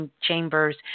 chambers